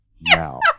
Now